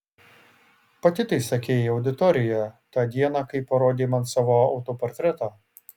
pati tai sakei auditorijoje tą dieną kai parodei man savo autoportretą